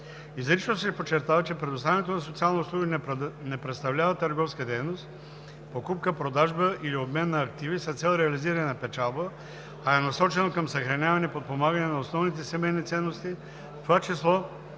Изрично се подчертава, че предоставянето на социални услуги не представлява търговска дейност – покупка, продажба или обмен на активи с цел реализиране на печалба, а е насочено към съхраняване и подпомагане на основните семейни ценности, в това число